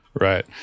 Right